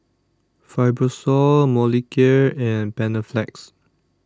Fibrosol Molicare and Panaflex